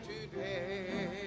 today